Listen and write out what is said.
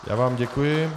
Já vám děkuji.